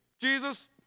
Jesus